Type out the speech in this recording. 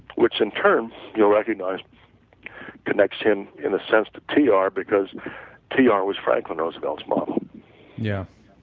which in term you'll recognize connects him in a sense to t r. because t r. was franklin roosevelt's model yes,